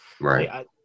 Right